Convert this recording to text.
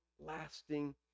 Lasting